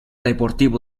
deportivo